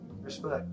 Respect